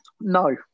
No